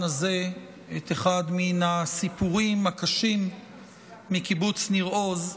הזה את אחד מן הסיפורים הקשים מקיבוץ ניר עוז,